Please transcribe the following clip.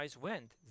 went